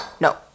no